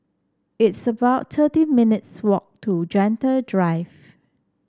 it's about thirteen minutes' walk to Gentle Drive